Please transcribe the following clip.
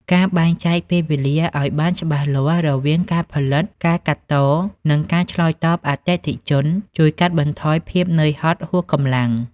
ការបែងចែកពេលវេលាឱ្យបានច្បាស់លាស់រវាងការផលិត ការកាត់ត និងការឆ្លើយតបអតិថិជន ជួយកាត់បន្ថយភាពនឿយហត់ហួសកម្លាំង។